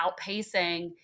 outpacing